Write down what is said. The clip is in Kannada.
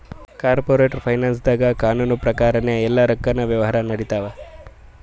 ಕಾರ್ಪೋರೇಟ್ ಫೈನಾನ್ಸ್ದಾಗ್ ಕಾನೂನ್ ಪ್ರಕಾರನೇ ಎಲ್ಲಾ ರೊಕ್ಕಿನ್ ವ್ಯವಹಾರ್ ನಡಿತ್ತವ